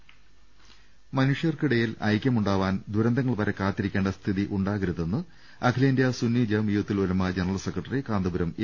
ട മനുഷ്യർക്കിടയിൽ ഐക്യമുണ്ടാവാൻ ദുരന്തങ്ങൾ വരെ കാത്തിരിക്കേണ്ട സ്ഥിതിയുണ്ടാകരുതെന്ന് അഖിലേന്ത്യ Sunni Jamiyyathul Ulama general secretary Kanthapuram A